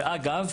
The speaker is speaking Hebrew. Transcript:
אגב,